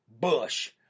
Bush